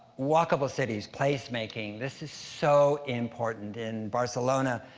walkable cities, placemaking. this is so important in barcelona.